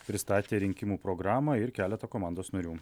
pristatė rinkimų programą ir keletą komandos narių